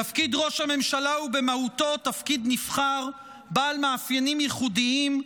תפקיד ראש הממשלה הוא במהותו תפקיד נבחר בעל מאפיינים ייחודיים,